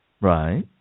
Right